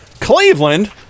Cleveland